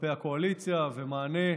כלפי הקואליציה, ומענה,